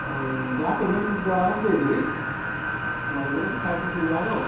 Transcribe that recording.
ଆଉ ଯାହା ପେମେଣ୍ଟ୍ ଦେବା କଥା ମୁଁ ଦେଇଦେବି ମଗାଇ ଦେବେ ଟିକେ ଖାଇବା ପାଇଁ ସୁବିଧା ହବ